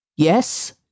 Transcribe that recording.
Yes